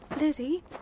Lizzie